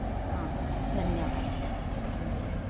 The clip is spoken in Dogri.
हां धन्नबाद थैंक यू